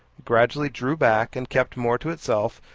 gradually drew back, and kept more to itself,